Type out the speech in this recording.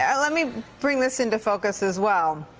and let me bring this into focus as well.